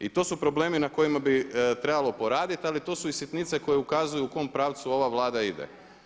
I to su problemi na kojima bi trebalo proraditi ali tu su i sitnice koje ukazuju u kojem pravcu ova Vlada ide.